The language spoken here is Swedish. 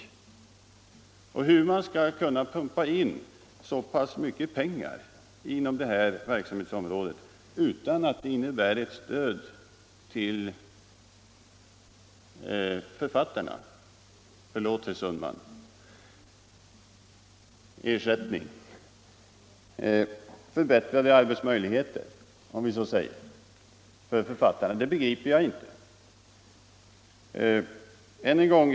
Jag begriper inte hur man skall kunna pumpa in så pass mycket pengar i det här verksamhetsområdet utan att det innebär ett stöd till författarna — förlåt, herr Sundman: en ersättning.